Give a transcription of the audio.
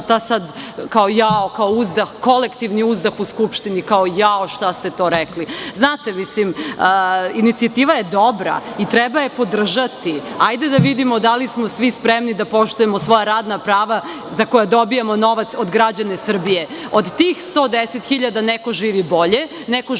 je besmisleno to sad, kolektivni uzdah u Skupštini kao – jao, šta ste to rekli? Znate, mislim, inicijativa je dobra i treba je podržati, hajde da vidimo da li smo svi spremni da poštujemo svoja radna prava za koja dobijamo novac od građana Srbije. Od tih 110 hiljada neko živi bolje, neko živi